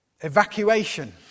evacuation